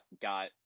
got